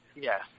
yes